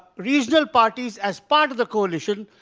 regional parties as part of the coalition,